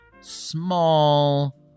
small